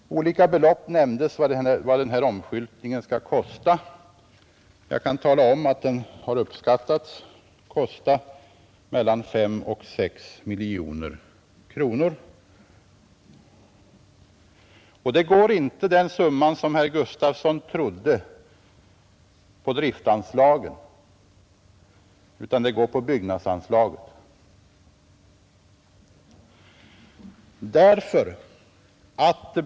Olika belopp har nämnts när det gäller vad denna omskyltning skulle kosta. Jag kan tala om att kostnaden har uppskattats till mellan 5 och 6 miljoner kronor. Den summan går inte, som herr Gustafson i Göteborg trodde, på driftanslaget utan på byggnadsanslaget.